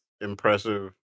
impressive